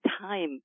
time